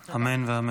אמן ואמן.